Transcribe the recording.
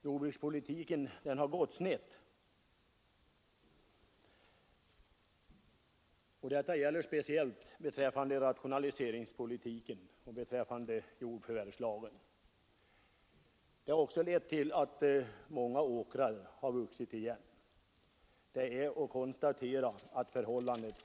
Jordbrukspolitiken har gått snett, och det gäller speciellt rationaliseringspolitiken och jordförvärvslagen. Den har också lett till att många åkrar har vuxit igen. Det är bara att konstatera det förhållandet.